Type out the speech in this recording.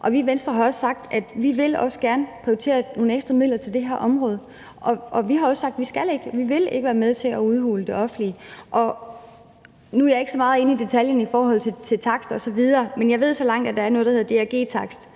i Venstre har sagt, at vi også gerne vil prioritere nogle ekstra midler til det her område, og vi har også sagt, vi ikke skal og ikke vil være med til at udhule det offentlige. Nu er jeg ikke så meget inde i detaljen i forhold til takster osv., men jeg ved så meget, at der er noget, der hedder DRG-takster,